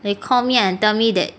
they call me and tell me that